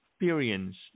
experience